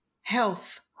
Health